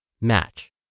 match